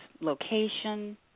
location